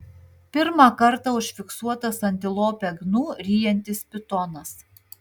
pirmą kartą užfiksuotas antilopę gnu ryjantis pitonas